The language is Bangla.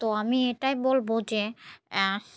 তো আমি এটাই বলবো যে